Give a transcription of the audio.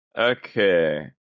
Okay